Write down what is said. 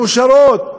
מאושרות,